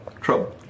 trouble